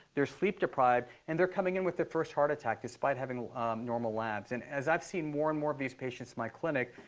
they're sleep deprived, and they're coming in with their first heart attack, despite having normal labs. and as i've seen more and more of these patients in my clinic,